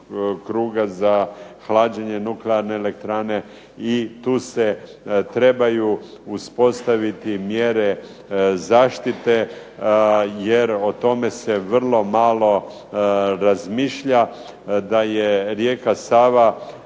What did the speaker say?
za hlađenje Nuklearne elektrane, i tu se trebaju uspostaviti mjere zaštite jer o tome se vrlo malo razmišlja da je rijeka Sava